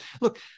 look